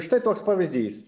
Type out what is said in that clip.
štai toks pavyzdys